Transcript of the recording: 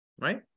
Right